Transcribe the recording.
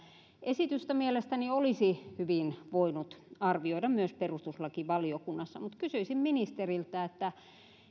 esitystä mielestäni olisi hyvin voinut arvioida myös perustuslakivaliokunnassa kysyisin ministeriltä